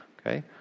okay